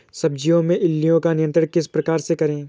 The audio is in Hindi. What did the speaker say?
सब्जियों में इल्लियो का नियंत्रण किस प्रकार करें?